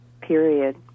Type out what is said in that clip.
period